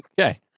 Okay